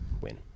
win